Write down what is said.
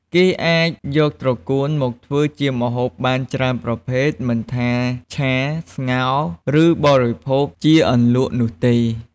គេអាចយកត្រកួនមកធ្វើជាម្ហូបបានច្រើនប្រភេទ មិនថាឆា ស្ងោរ ឬបរិភោគជាអន្លក់នោះទេ។